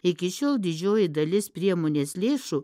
iki šiol didžioji dalis priemonės lėšų